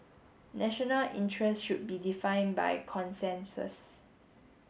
national interest should be define by consensus